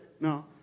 No